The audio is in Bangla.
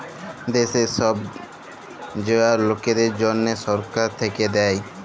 দ্যাশের ছব জয়াল লকদের জ্যনহে ছরকার থ্যাইকে দ্যায়